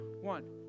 one